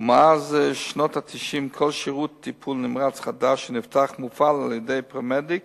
ומאז שנות ה-90 כל שירות טיפול נמרץ חדש שנפתח מופעל על-ידי פרמדיק